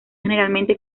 generalmente